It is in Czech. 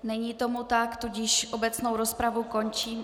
Není tomu tak, tudíž obecnou rozpravu končím.